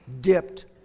dipped